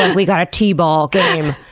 and we got a t-ball game.